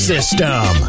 System